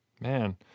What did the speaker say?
Man